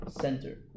center